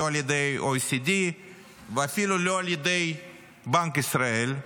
לא על ידי OECD ואפילו לא על ידי בנק ישראל.